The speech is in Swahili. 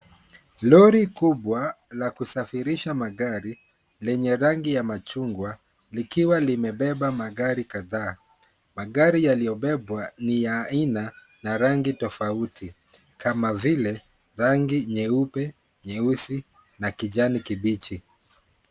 Lori kubwa la kusafirisha magari lenye rangi ya machungwa likiwa limebeba magari kadhaa. Magari yaliyobebwa ni ya aina na rangi tofauti tofauti. Kama vile rangi nyeupe, nyeusi na kijani kibichi.